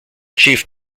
chief